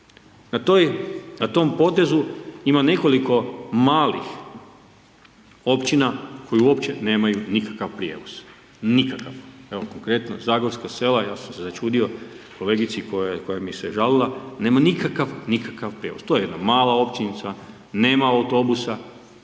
Na tom potezu ima nekoliko malih općina koje uopće nemaju nikakav prijevoz. Nikakav. Evo konkretno zagorska sela, ja sam se začudio kolegici koja mi se žalila, nema nikakav, nikakav prijevoz. To je jedna mala općinica, nema autobusa,